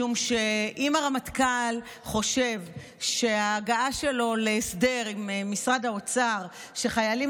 משום שאם הרמטכ"ל חושב שההגעה שלו להסדר עם משרד האוצר שחיילים